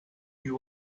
you